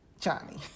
Johnny